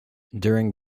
during